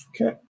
Okay